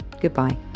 Goodbye